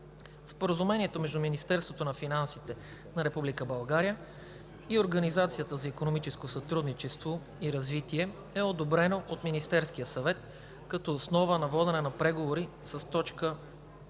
Споразумението между Министерството на финансите на Република България и Организацията за икономическо сътрудничество и развитие е одобрено от Министерския съвет като основа за водене на преговори с т.